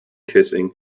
kissing